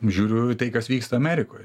žiūriu į tai kas vyksta amerikoj